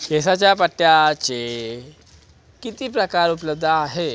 केसाच्या पट्ट्याचे किती प्रकार उपलब्ध आहे